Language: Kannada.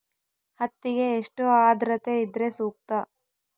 ಹತ್ತಿಗೆ ಎಷ್ಟು ಆದ್ರತೆ ಇದ್ರೆ ಸೂಕ್ತ?